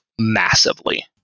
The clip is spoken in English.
massively